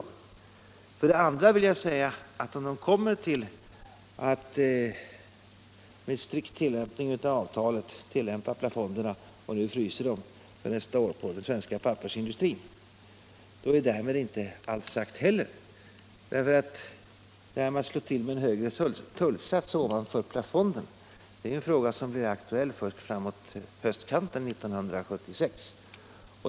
Om för det andra EG kommer fram till att med en strikt tillämpning av avtalet frysa plafonderna nästa år för den svenska pappersindustrin, är inte heller därmed allt sagt i denna fråga. Att slå till med en högre tullsats ovanför plafonderna är en åtgärd som icke blir aktuell förrän framåt hösten 1976.